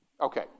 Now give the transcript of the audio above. Okay